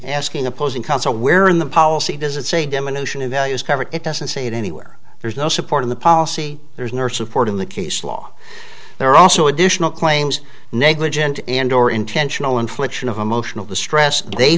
asking opposing counsel where in the policy does it say diminution of value is covered it doesn't say it anywhere there's no support in the policy there's nurse support in the case law there are also additional claims negligent and or intentional infliction of emotional distress they